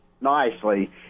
nicely